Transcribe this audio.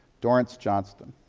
dorrance johnston.